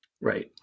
Right